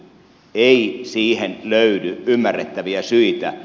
ei siihen löydy ymmärrettäviä syitä